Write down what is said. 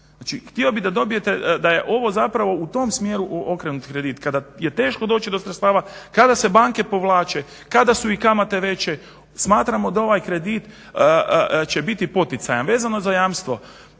htio bih da dobijete, da je ovo zapravo u tom smjeru okrenut kredit kada je teško doći do sredstava kada se banke povlače, kada su i kamate veće, smatramo da ovaj kredit će biti poticajan. Vezano za jamstvo